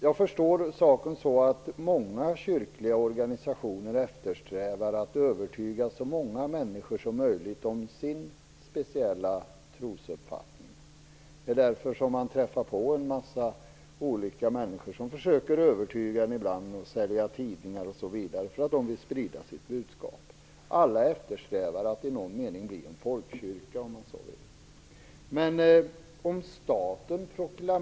Jag förstår saken så att många kyrkliga organisationer eftersträvar att övertyga så många människor som möjligt om sin speciella trosuppfattning. Det är därför man träffar på en massa människor som försöker övertyga en, sälja tidningar, osv. - de vill sprida sitt budskap. Alla eftersträvar att i någon mening bli en folkkyrka, om man så vill.